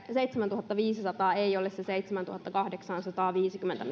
seitsemäntuhattaviisisataa ei ole se seitsemäntuhattakahdeksansataaviisikymmentä